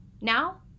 now